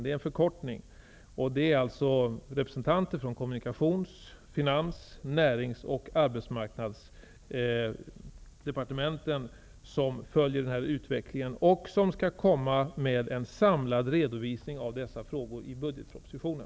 Där ingår representanter från Kommunikations-, Finans-, Närings och Arbetsmarknadsdepartementen. De följer utvecklingen och skall komma med en samlad redovisning av dessa frågor i budgetpropositionen.